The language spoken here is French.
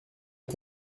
est